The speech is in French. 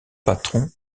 patron